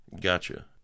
Gotcha